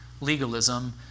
legalism